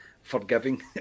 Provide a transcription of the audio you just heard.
Forgiving